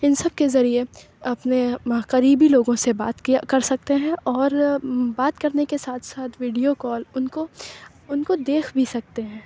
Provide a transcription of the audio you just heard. اِن سب کے ذریعے اپنے ماہ قریبی لوگوں سے بات کیا کر سکتے ہیں اور بات کرنے کے ساتھ ساتھ ویڈو کال اُن کو اُن کو دیکھ بھی سکتے ہیں